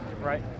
Right